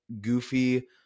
Goofy